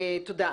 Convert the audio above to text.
תודה.